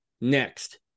Next